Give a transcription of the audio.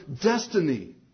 destiny